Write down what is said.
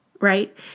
Right